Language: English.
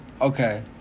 Okay